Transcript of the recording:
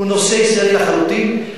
הוא נושא ישראלי לחלוטין,